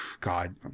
God